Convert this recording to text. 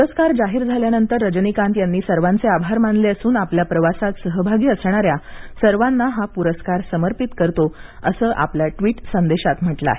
पुरस्कार जाहीर झाल्यानंतर रजनीकांत यांनी सर्वांचे आभार मानले असून आपल्या प्रवासात सहभागी असणाऱ्या सर्वांना हा पुरस्कार समर्पित करतो असं आपल्या ट्वीट संदेशात म्हटलं आहे